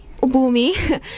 Ubumi